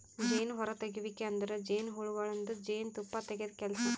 ಜೇನು ಹೊರತೆಗೆಯುವಿಕೆ ಅಂದುರ್ ಜೇನುಹುಳಗೊಳ್ದಾಂದು ಜೇನು ತುಪ್ಪ ತೆಗೆದ್ ಕೆಲಸ